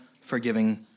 forgiving